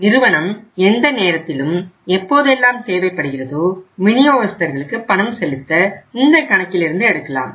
நிறுவனம் எந்த நேரத்திலும் எப்போதெல்லாம் தேவைப்படுகிறதோ விநியோகஸ்தர்களுக்கு பணம் செலுத்த இந்த கணக்கில் இருந்து எடுக்கலாம்